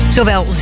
Zowel